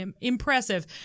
impressive